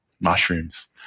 mushrooms